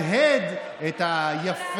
לדבר על הפקרת אוכלוסיית בני ה-67